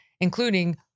including